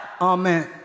Amen